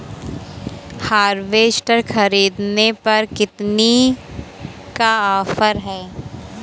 Harvester ख़रीदने पर कितनी का ऑफर है?